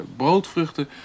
broodvruchten